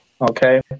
Okay